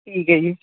ਠੀਕ ਹੈ ਜੀ